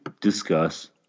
discuss